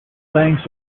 banks